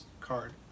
card